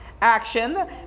action